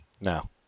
No